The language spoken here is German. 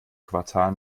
quartal